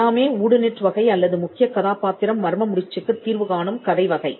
எல்லாமே whodunit வகை அல்லது முக்கிய கதாபாத்திரம் மர்ம முடிச்சுக்குத் தீர்வு காணும் கதை வகை